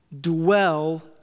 Dwell